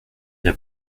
n’a